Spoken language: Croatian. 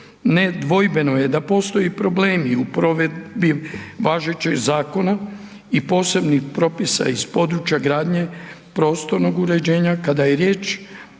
Ne dvojbeno je da postoje problemi u provedbi važećeg zakona i posebnih propisa iz područja gradnje prostornog uređenja kada je riječ